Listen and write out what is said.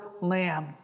lamb